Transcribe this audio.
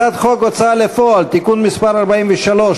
הצעת חוק ההוצאה לפועל (תיקון מס' 43),